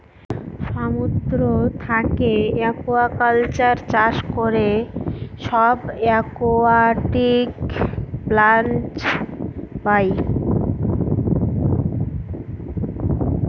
সমুদ্র থাকে একুয়াকালচার চাষ করে সব একুয়াটিক প্লান্টস পাই